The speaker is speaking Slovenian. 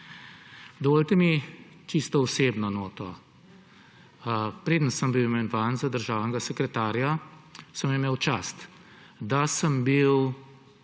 Dovolite mi čisto osebno noto. Preden sem bil imenovan za državnega sekretarja, sem imel čast, da sem bil